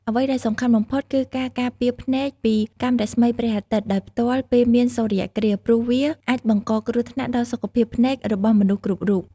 អ្វីដែលសំខាន់បំផុតគឺការការពារភ្នែកពីកាំរស្មីព្រះអាទិត្យដោយផ្ទាល់ពេលមានសូរ្យគ្រាស ព្រោះវាអាចបង្កគ្រោះថ្នាក់ដល់សុខភាពភ្នែករបស់មនុស្សគ្រប់រូប ។